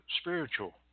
spiritual